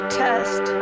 test